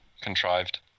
contrived